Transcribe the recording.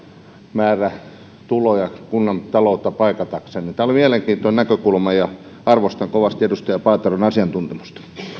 määrä tuloja kunnan taloutta paikkaamaan tämä oli mielenkiintoinen näkökulma ja arvostan kovasti edustaja paateron asiantuntemusta